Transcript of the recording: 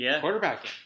quarterback